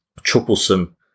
troublesome